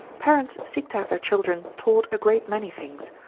parents seek to have their children taught a great many things,